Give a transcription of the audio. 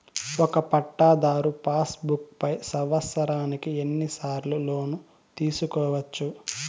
ఒక పట్టాధారు pass book పై సంవత్సరానికి ఎన్ని సార్లు లోను తీసుకోవచ్చు?